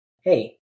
hey